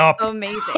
amazing